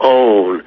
own